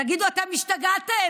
תגידו, אתם השתגעתם?